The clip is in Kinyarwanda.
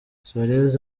suarez